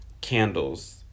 Candles